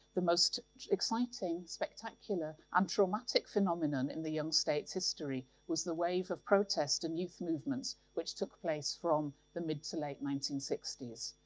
the most exciting, spectacular and um traumatic phenomenon, in the young state's history, was the wave of protest and youth movements, which took place from the mid to late nineteen sixty s.